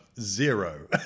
zero